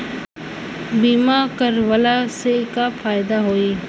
बीमा करवला से का फायदा होयी?